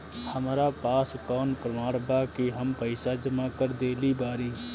हमरा पास कौन प्रमाण बा कि हम पईसा जमा कर देली बारी?